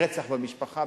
רצח במשפחה,